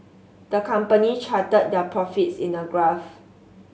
the company charted their profits in a graph